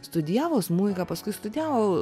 studijavo smuiką paskui studijavo